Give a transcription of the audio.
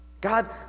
God